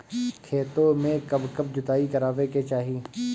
खेतो में कब कब जुताई करावे के चाहि?